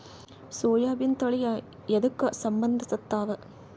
ಸೋಯಾಬಿನ ತಳಿ ಎದಕ ಸಂಭಂದಸತ್ತಾವ?